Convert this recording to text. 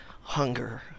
hunger